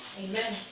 Amen